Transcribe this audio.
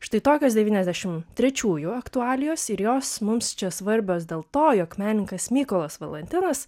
štai tokios devyniasdešimt trečiųjų aktualijos ir jos mums čia svarbios dėl to jog menininkas mykolas valantinas